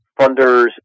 funders